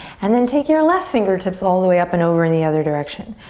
and then take your left fingertips all the way up and over in the other direction.